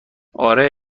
آره